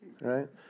right